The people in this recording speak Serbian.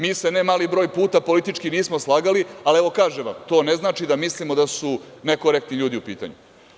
Mi se, ne mali broj puta politički nismo slagali, ali evo kažem vam, to ne znači da mislimo da su nekorektni ljudi u pitanju.